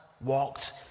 walked